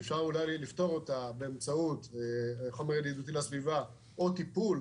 שאפשר אולי לפתור אותה באמצעות חומר ידידותי לסביבה או טיפול